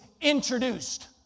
introduced